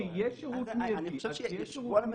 תשבו על המדוכה,